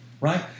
right